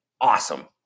Awesome